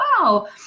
wow